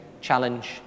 challenge